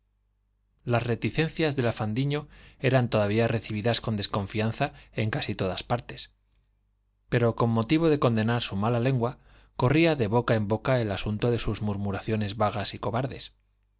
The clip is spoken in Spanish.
las reticencias de la fandiño eran todavía recibidas con desconfianza en casi todas partes pero con motivo de condenar su mala lengua corría de boca en boca el asunto de sus murmuraciones vagas y cobardes